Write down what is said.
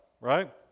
right